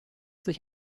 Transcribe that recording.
sich